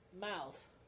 mouth